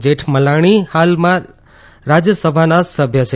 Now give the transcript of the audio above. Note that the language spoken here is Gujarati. જેઠમલાણી હાલમાં રાજ્યસભાના સભ્ય છે